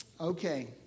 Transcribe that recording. Okay